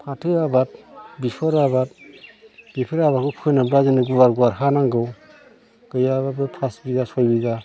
फाथो आबाद बिसर आबाद बेफोर आबादखौ फोनोब्ला जोंनो गुवार गुवार हा नांगौ गैयाब्लाबो फास बिगा सय बिगा